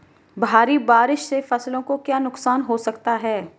भारी बारिश से फसलों को क्या नुकसान हो सकता है?